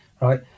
right